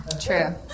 True